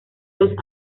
los